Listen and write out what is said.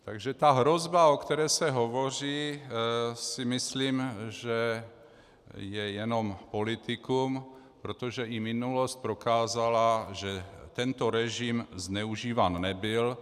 Takže ta hrozba, o které se hovoří, si myslím, že je jenom politikum, protože i minulost prokázala, že tento režim zneužíván nebyl.